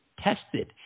tested